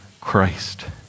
Christ